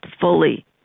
fully